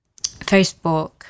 Facebook